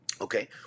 Okay